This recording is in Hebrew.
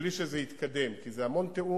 מבלי שזה יתקדם, כי זה המון תיאום,